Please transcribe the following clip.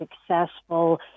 successful